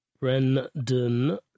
Brendan